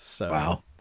Wow